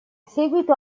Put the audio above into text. seguito